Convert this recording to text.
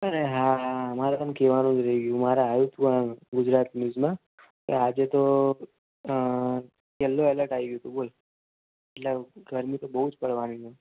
અરે હા હા મારે તને કહેવાનું જ રહી ગયું મારે આવ્યું હતું આ ગુજરાત ન્યૂઝમાં એ આજે તો યેલો અલર્ટ આવી ગયું હતું બોલ એટલે હવે ગરમી તો બહુ જ પડવાની છે